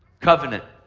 covenant.